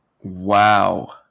Wow